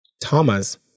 Thomas